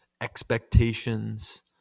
expectations